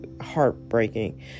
heartbreaking